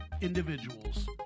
individuals